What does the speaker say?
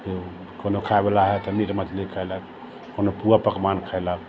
ओ कोनो खायवला हइ तऽ मीट मछली खैलक कोनो पुआ पकवान खयलक